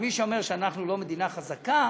ומי שאומר שאנחנו לא מדינה חזקה